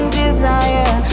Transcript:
desire